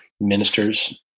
ministers